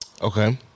Okay